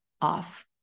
off